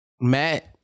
Matt